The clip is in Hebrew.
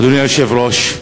אדוני היושב-ראש,